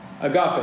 Agape